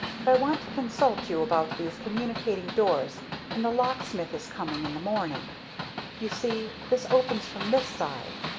but i want to consult you about these communicating doors and the locksmith is coming in the morning you see this opens from this side.